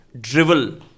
drivel